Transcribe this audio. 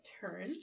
turn